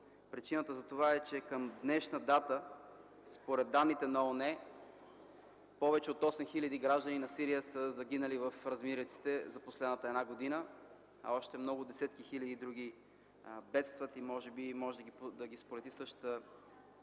Причината за това е, че към днешна дата според данните на ООН повече от 8000 граждани на Сирия са загинали в размириците в последната една година, а още десетки хиляди бедстват и може да ги сполети същата